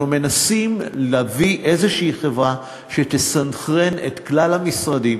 אנחנו מנסים להביא חברה שתסנכרן את כלל המשרדים.